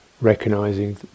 recognizing